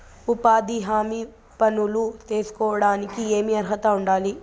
ఉపాధి హామీ పనులు సేసుకోవడానికి ఏమి అర్హత ఉండాలి?